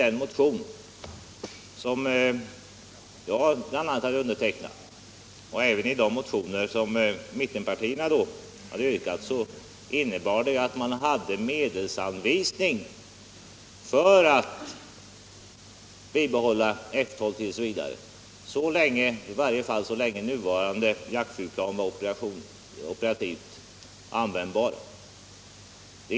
Den motion som jag var med om att underteckna liksom de motioner som väcktes från mittenpartierna innebar ju att det fanns medel anvisade för att bibehålla F 12 t.v., i varje fall så länge nuvarande jaktflygplan var operativt användbara.